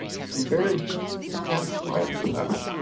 some very tense times and